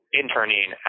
interning